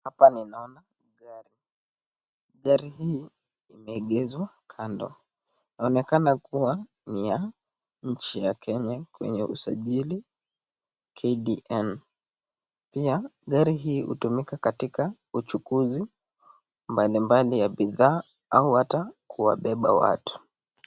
Hapa ninaona gari. Gari hii imeegeshwa kando inaonekana kuwa ni ya nchi ya kenya kwenye usajili KDN.Pia gari hii hutumika katika uchukuzi mbali mbali ya bidhaa au hata kuwabeba watu.